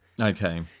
Okay